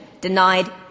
denied